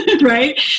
Right